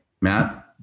Matt